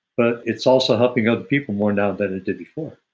but it's also helping other people more now than it did before.